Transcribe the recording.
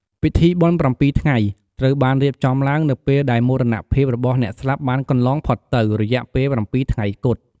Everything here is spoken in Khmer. ពិធីបុណ្យប្រាំពីរថ្ងៃ ត្រូវបានរៀបចំឡើងនៅពេលដែលមរណភាពរបស់អ្នកស្លាប់បានកន្លងផុតទៅ រយៈពេលប្រាំពីរថ្ងៃគត់។